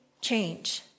change